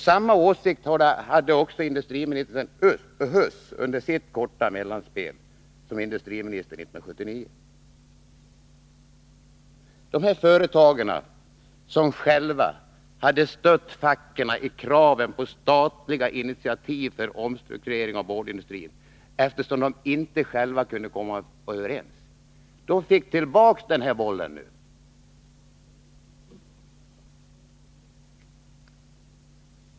Samma åsikt hade Erik Huss under sitt korta mellanspel som industriminister 1979. Företagen, som själva hade stött facken i deras krav på statliga initiativ för en omstrukturering av boardindustrin, eftersom de inte själva kunde komma överens, fick nu tillbaka bollen.